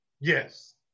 Yes